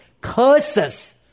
Curses